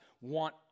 want